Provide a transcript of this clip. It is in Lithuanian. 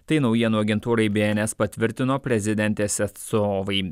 tai naujienų agentūrai bns patvirtino prezidentės atstovai